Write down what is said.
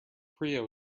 priya